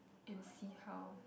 and see how